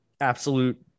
absolute